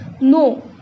No